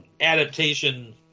adaptation